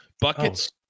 Buckets